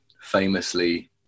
famously